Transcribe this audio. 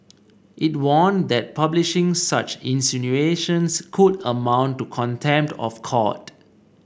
it warned that publishing such insinuations could amount to contempt of court